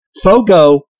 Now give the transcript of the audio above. Fogo